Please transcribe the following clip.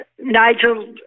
Nigel